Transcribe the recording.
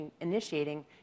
initiating